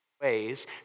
ways